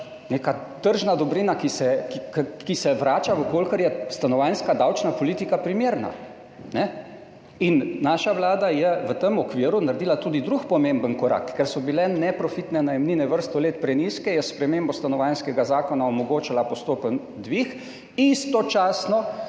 neka tržna dobrina, ki se vrača, če je stanovanjska davčna politika primerna. Naša vlada je v tem okviru naredila tudi drug pomemben korak. Ker so bile neprofitne najemnine vrsto let prenizke, je s spremembo Stanovanjskega zakona omogočala postopen dvig, istočasno